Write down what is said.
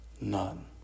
None